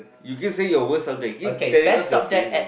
you keep saying your worst subject keep telling us you're failure